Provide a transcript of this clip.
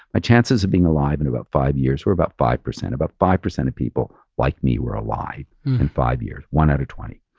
my chances of being alive in about five years were about five. about five percent of people like me were alive in five years, one out of twenty.